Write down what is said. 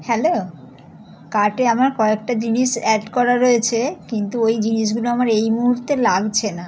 hello কার্টে আমার কয়েকটা জিনিস অ্যাড করা রয়েছে কিন্তু ওই জিনিসগুলো আমার এই মুহুর্তে লাগছে না